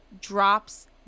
drops